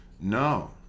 No